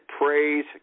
praise